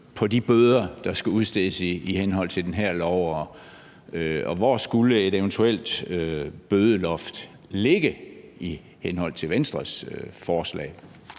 på de bøder, der skal udstedes i henhold til den her lov. Og hvor skulle et eventuelt bødeloft ligge i henhold til Venstres forslag?